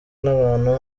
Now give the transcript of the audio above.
n’abantu